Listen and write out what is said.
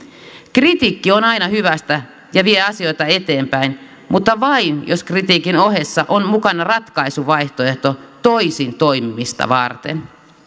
kritiikki on aina hyvästä ja vie asioita eteenpäin mutta vain jos kritiikin ohessa on mukana ratkaisuvaihtoehto toisin toimimista varten